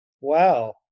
Wow